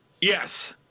Yes